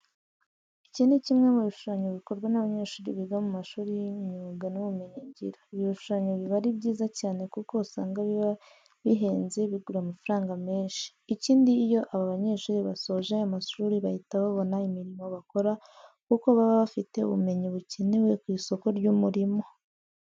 Iki ni kimwe mu bishushanyo bikorwa n'abanyeshuri biga mu mashuri y'imyuga n'ubumenyingiro. Ibi bishusanyo biba ari byiza cyane kuko usanga biba bihenze bigura amafaranga menshi. Ikindi iyo aba banyeshuri basoje amashuri bahita babona imirimo bakora kuko baba bafite ubumenyi bukenewe ku isoko ry'umurimo.